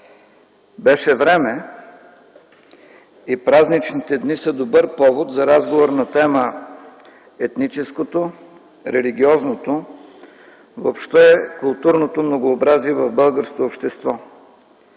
Беше време и празничните дни са добър повод за разговор на тема „Етническото, религиозното, въобще културното многообразие в българското общество”